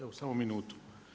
Evo samo minutu.